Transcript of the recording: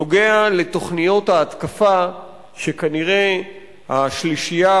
נוגע לתוכניות ההתקפה שכנראה השלישייה,